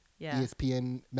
ESPN